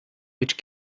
which